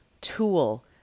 tool